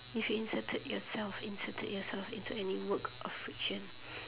if you inserted yourself inserted yourself into any work of friction